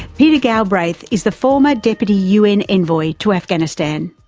peter galbraith is the former deputy un envoy to afghanistan.